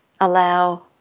allow